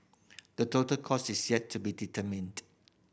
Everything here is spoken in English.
the total cost is yet to be determined